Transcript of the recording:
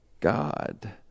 God